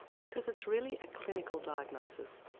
because it's really a clinical diagnosis.